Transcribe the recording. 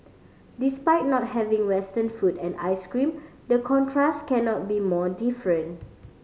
despite not having Western food and ice cream the contrast cannot be more different